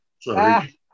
Sorry